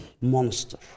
monster